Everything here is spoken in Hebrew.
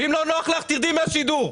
ואם לא נוח לך, תרדי מהשידור.